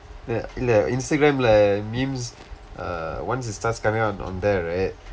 the இல்லை:illai Instagram leh memes uh once it starts coming out on that right